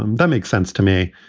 um that makes sense to me.